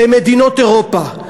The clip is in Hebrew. במדינות אירופה,